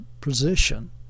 position